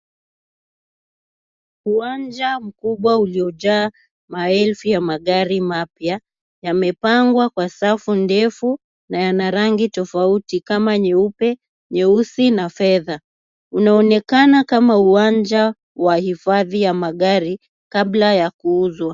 Uwanja mkubwa uliojaa maelfu ya magari mapya, yamepangwa kwa safu ndefu na yana rangi tofauti kama nyeupe, nyeusi na fedha. Unaonekana kama uwanja wa mahifadhi ya gari kabla ya kuuzwa.